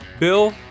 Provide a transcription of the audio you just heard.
Bill